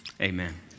Amen